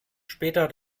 später